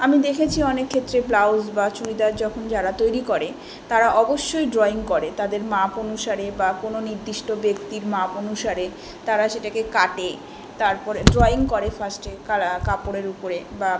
আমি দেখেছি অনেক ক্ষেত্রে ব্লাউজ বা চুড়িদার যখন যারা তৈরি করে তারা অবশ্যই ড্রইং করে তাদের মাপ অনুসারে বা কোনো নির্দিষ্ট ব্যক্তির মাপ অনুসারে তারা সেটাকে কাটে তারপরে ড্রইং করে ফার্স্টে কারা কাপড়ের উপরে বা